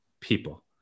people